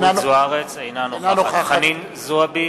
אינה נוכחת חנין זועבי,